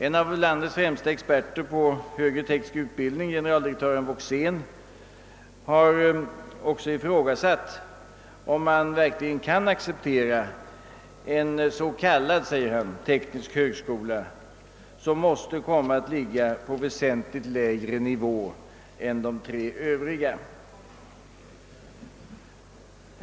En av landets främsta experter på högre teknisk utbildning, generaldirektören Woxén, har också ifrågasatt om man verkligen kan acceptera en s.k. teknisk högskola som måste komma att ligga på väsentligt lägre nivå än de tre övriga.